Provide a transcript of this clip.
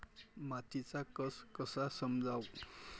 मातीचा कस कसा समजाव?